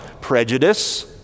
prejudice